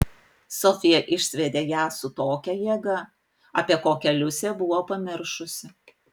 sofija išsviedė ją su tokia jėga apie kokią liusė buvo pamiršusi